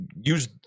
use